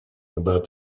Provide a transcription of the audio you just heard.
about